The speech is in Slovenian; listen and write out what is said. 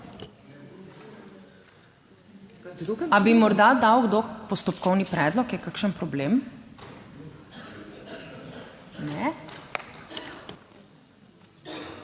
Ali bi morda dal kdo postopkovni predlog? Je kakšen problem? Ne.